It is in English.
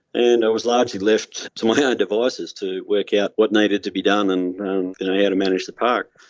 and i was largely left to my own devices to work out what needed to be done and and how ah to manage the park.